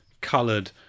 coloured